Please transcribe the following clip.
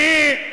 אני,